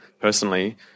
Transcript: personally